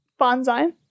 bonsai